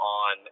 on